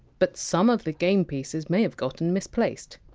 but some of the game pieces may have gotten misplaced.